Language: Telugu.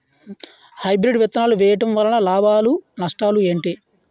హైబ్రిడ్ విత్తనాలు వేయటం వలన లాభాలు నష్టాలు ఏంటి?